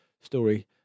story